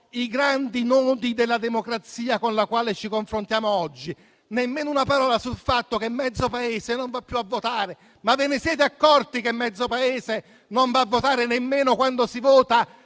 i grandi nodi della democrazia con la quale ci confrontiamo oggi. Nemmeno una parola sul fatto che mezzo Paese non va più a votare. Ma vi siete accorti che metà del Paese non va a votare nemmeno quando si vota